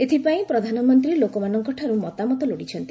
ଏଥିପାଇଁ ପ୍ରଧାନମନ୍ତ୍ରୀ ଲୋକମାନଙ୍କଠାରୁ ମତାମତ ଲୋଡ଼ିଛନ୍ତି